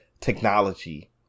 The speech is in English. technology